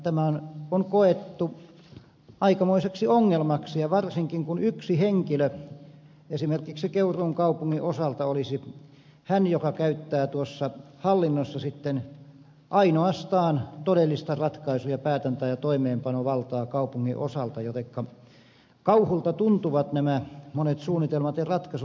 tämä on koettu aikamoiseksi ongelmaksi varsinkin kun yksi henkilö esimerkiksi keuruun kaupungin osalta olisi hän joka ainoastaan käyttää tuossa hallinnossa sitten todellista ratkaisu ja päätäntä ja toimeenpanovaltaa kaupungin osalta jotenka kauhulta tuntuvat nämä monet suunnitelmat ja ratkaisut